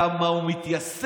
כמה הוא מתייסר,